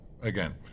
Again